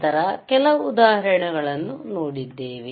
ನಂತರ ಕೆಲವು ಉದಾಹರಣೆಗಳನ್ನು ನೋಡಿದ್ದೇವೆ